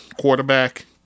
quarterback